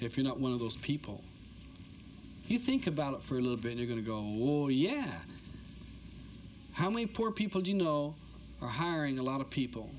if you're not one of those people you think about it for a little bit you're going to go war yeah how many poor people do you know are hiring a lot of people